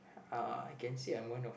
uh I can say I'm one of